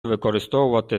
використовувати